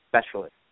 specialist